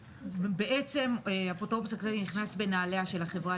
בעצם האפוטרופוס הכללי נכנס בנעליה של החברה